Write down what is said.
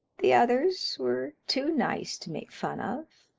the others were too nice to make fun of.